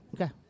Okay